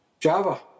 Java